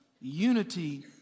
unity